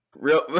real